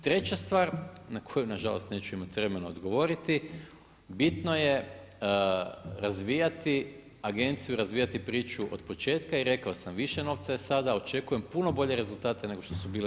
Treća stvar na koju nažalost neću imati vremena odgovoriti, bitno je razvijati agenciju i razvijati priču od početka i rekao sam više novca je sada, očekujem puno bolje rezultate nego što bile 2015. godine.